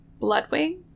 Bloodwing